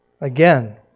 Again